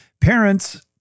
Parents